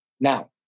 Now